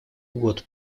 год